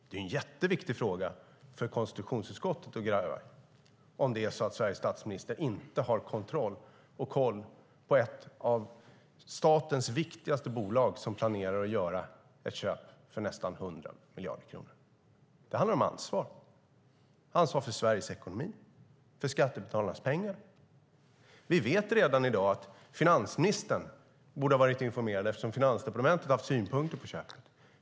Det är en jätteviktig fråga för konstitutionsutskottet att granska ifall Sveriges statsminister inte har koll när ett av statens viktigaste bolag planerar att göra ett köp för nästan 100 miljarder kronor. Det handlar om ansvar, ansvar för Sveriges ekonomi, för skattebetalarnas pengar. Vi vet i dag att finansministern bör ha varit informerad eftersom Finansdepartementet hade synpunkter på köpet.